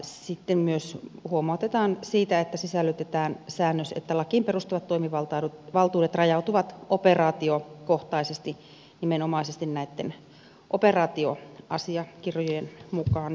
sitten myös huomautetaan siitä että tähän sisällytetään säännös siitä että lakiin perustuvat toimivaltuudet rajautuvat operaatiokohtaisesti nimenomaisesti näitten operaatioasiakirjojen mukaan